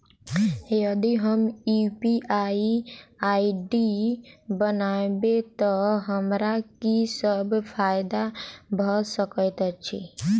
यदि हम UPI ID बनाबै तऽ हमरा की सब फायदा भऽ सकैत अछि?